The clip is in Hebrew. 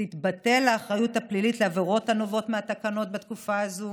תתבטל האחריות הפלילית לעבירות הנובעות מהתקנות בתקופה הזאת,